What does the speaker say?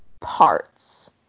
parts